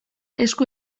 esku